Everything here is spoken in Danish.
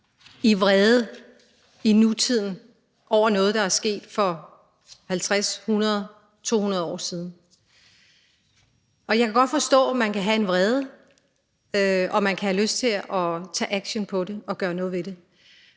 i nutiden i vrede over noget, der er sket for 50, 100, 200 år siden. Og jeg kan godt forstå, at man kan have en vrede, og at man kan have lyst til at tage aktion på det og gøre noget ved det,